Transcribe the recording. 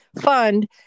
fund